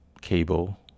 cable